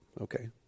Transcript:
Okay